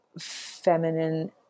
feminine